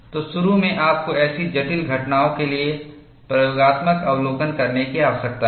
तो शुरू में आपको ऐसी जटिल घटनाओं के लिए प्रयोगात्मक अवलोकन करने की आवश्यकता है